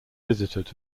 visited